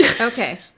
Okay